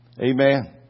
Amen